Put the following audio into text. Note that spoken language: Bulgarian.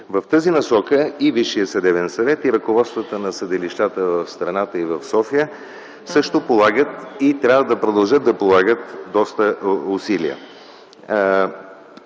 В тази насока и Висшият съдебен съвет, и ръководствата на съдилищата в страната и в София също полагат и трябва да продължат да полагат доста усилия.